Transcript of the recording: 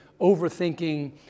overthinking